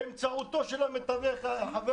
באמצעותו של המתווך, חבר